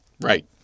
Right